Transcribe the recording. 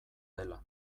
dela